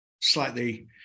slightly